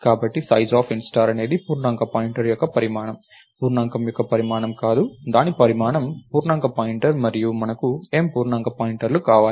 కాబట్టి sizeofint అనేది పూర్ణాంక పాయింటర్ యొక్క పరిమాణం పూర్ణాంకం యొక్క పరిమాణం కాదు దాని పరిమాణం పూర్ణాంక పాయింటర్ మరియు మనకు M పూర్ణాంక పాయింటర్లు కావాలి